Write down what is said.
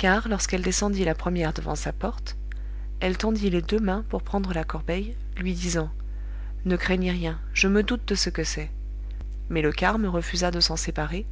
car lorsqu'elle descendit la première devant sa porte elle tendit les deux mains pour prendre la corbeille lui disant ne craignez rien je me doute de ce que c'est mais le carme refusa de s'en séparer